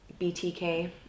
BTK